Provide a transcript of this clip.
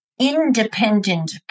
independent